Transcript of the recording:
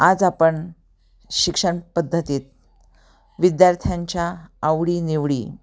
आज आपण शिक्षण पद्धतीत विद्यार्थ्यांच्या आवडी निवडी